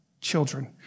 children